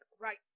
right